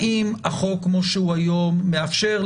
האם החוק כמו שהוא היום מאפשר,